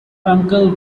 uncle